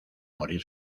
morir